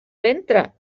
ventre